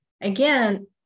again